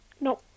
No